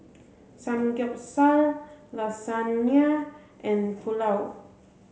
Samgyeopsal Lasagna and Pulao